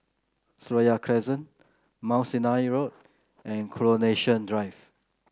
Seraya Crescent Mount Sinai Road and Coronation Drive